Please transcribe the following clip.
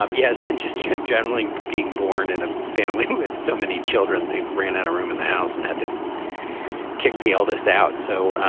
um yes. and just generally being born in a family with so many children, they ran out of room in the house and had them kick the eldest out so.